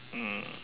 mm